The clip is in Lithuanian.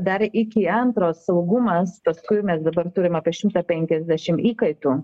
dar iki antro saugumas paskui mes dabar turim apie šimtą penkiasdešim įkaitų